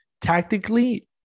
tactically